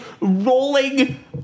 rolling